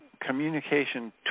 communication